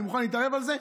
אני מוכן להתערב על זה,